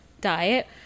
diet